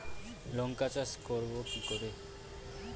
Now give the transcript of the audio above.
লঙ্কা চাষ করব কি করে?